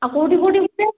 ଆଉ କେଉଁଠି କେଉଁଠିକି ବୁଲିବା